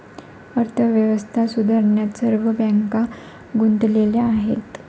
अर्थव्यवस्था सुधारण्यात सर्व बँका गुंतलेल्या आहेत